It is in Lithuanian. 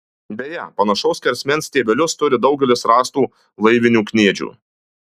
beje panašaus skersmens stiebelius turi daugelis rastų laivinių kniedžių